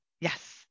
yes